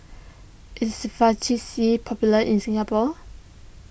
is Vagisil popular in Singapore